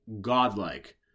godlike